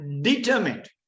determined